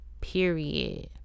Period